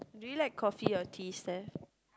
do you like coffee or tea Steph